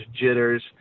jitters